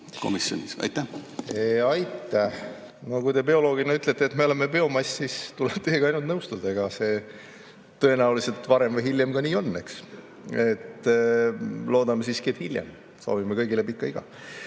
komisjonis. Aitäh! No kui te bioloogina ütlete, et me oleme biomass, siis tuleb teiega nõustuda. Eks see tõenäoliselt varem või hiljem ka nii on. Loodame siiski, et hiljem. Soovime kõigile pikka iga.